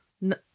No